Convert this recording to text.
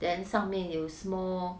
then 上面有 small